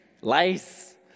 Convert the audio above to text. lice